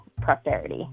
prosperity